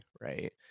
right